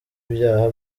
ibyaha